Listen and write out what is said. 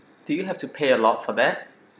do you have to pay a lot for that